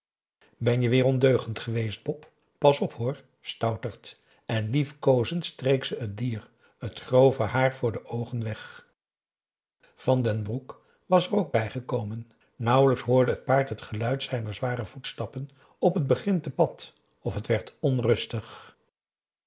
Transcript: ben je weêr ondeugend geweest bop pas op hoor stoutert en liefkoozend streek ze het dier t grove haar voor de oogen weg van den broek was er ook bijgekomen nauwelijks hoorde het paard t geluid zijner zware voetstappen op het begrinte pad of het werd onrustig